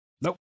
Nope